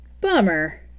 bummer